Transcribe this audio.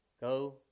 Go